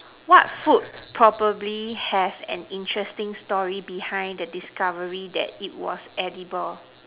what food probably have an interesting story behind the discovery that it was edible